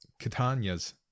Catania's